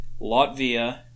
Latvia